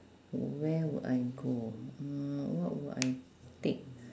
where would I go mm what would I take